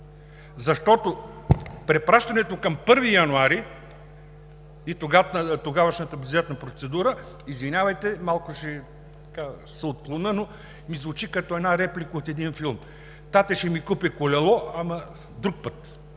Защото, препращането към 1 януари и тогавашната бюджетна процедура, извинявайте, малко ще се отклоня, но ми звучи като една реплика от един филм: „Тате ще ми купи колело, ама друг път!“